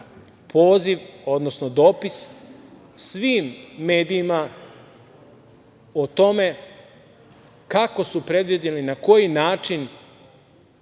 poziv odnosno dopis svim medijima o tome kako su predvideli, na koji način,